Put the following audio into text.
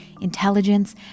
intelligence